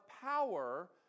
power